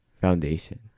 Foundation